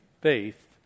faith